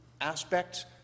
aspects